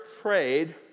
prayed